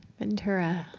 ventura?